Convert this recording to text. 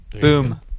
Boom